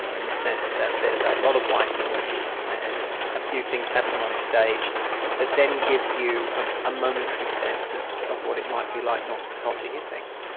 and in a sense that there's a lot of white noise and a few things happen on stage that then gives you a a momentary sense of of what it might be like not not to hear things.